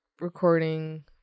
recording